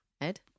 Ed